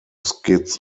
skits